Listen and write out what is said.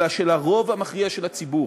אלא של הרוב המכריע של הציבור.